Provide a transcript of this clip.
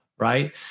right